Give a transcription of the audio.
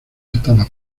estaba